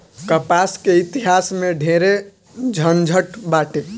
कपास के इतिहास में ढेरे झनझट बाटे